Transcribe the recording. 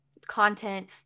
content